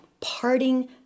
parting